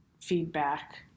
feedback